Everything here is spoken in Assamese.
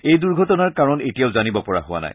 এই দুৰ্ঘটনাৰ কাৰণ এতিয়াও জানিব পৰা হোৱা নাই